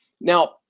Now